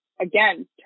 Again